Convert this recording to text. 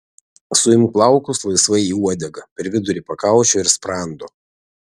suimk plaukus laisvai į uodegą per vidurį pakaušio ir sprando